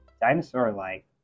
dinosaur-like